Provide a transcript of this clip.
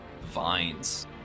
vines